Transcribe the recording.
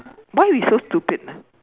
why we so stupid ah